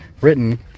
written